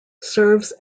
serves